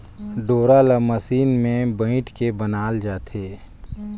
डोरा ल मसीन मे बइट के बनाल जाथे